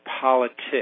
politics